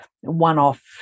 one-off